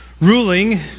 ruling